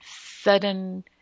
sudden